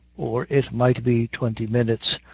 or it might be twenty minutes,